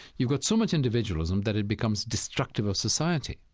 you've got so much individualism that it becomes destructive of society.